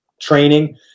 training